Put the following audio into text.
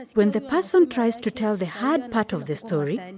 when the person tries to tell the hard part of the story, and